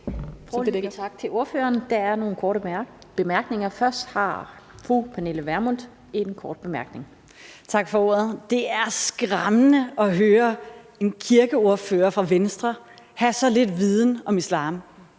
Kl. 13:05 Pernille Vermund (NB): Tak for ordet. Det er skræmmende at høre en kirkeordfører for Venstre have så lidt viden om islam.